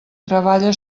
treballa